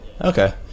Okay